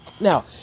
Now